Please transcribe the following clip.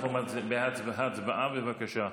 הצבעה, בבקשה.